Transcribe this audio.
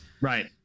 Right